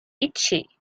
itchy